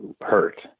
hurt